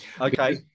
Okay